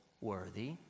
worthy